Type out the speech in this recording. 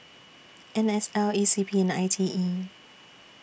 N S L E C P and I T E